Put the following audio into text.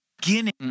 beginning